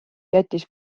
jättis